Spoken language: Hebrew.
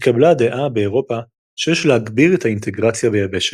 התקבלה הדעה באירופה שיש להגביר את האינטגרציה ביבשת.